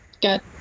got